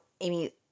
Amy